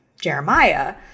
Jeremiah